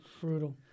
Brutal